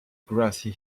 grassy